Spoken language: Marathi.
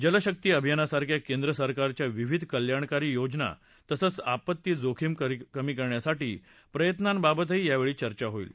जलशक्ती अभियानासारख्या केंद्र सरकारच्या विविध कल्याणकारी योजना तसंच आपत्ती जोखीम कमी करण्यासाठीच्या प्रयत्नांबाबतही यावेळी चर्चा होईल